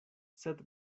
sed